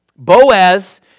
Boaz